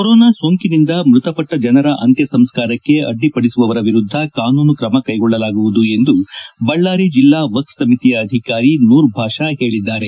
corona ಸೋಂಕಿನಿಂದ ಮೃತಪಟ್ಟ ಜನರ ಅಂತ್ಯ ಸಂಸ್ಕಾರಕ್ಕೆ ಅಡ್ಡಿ ಪಡಿಸುವವರ ವಿರುದ್ದ ಕಾನೂನು ಕ್ರಮ ಕೈಗೊಳ್ಳಲಾಗುವುದು ಎಂದು ಬಳ್ಳಾರಿ ಜಿಲ್ಲಾ ವಕ್ಷ್ ಸಮಿತಿಯ ಅಧಿಕಾರಿ ನೂರ್ಭಾಷಾ ಹೇಳದ್ದಾರೆ